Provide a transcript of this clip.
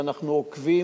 ואנחנו עוקבים,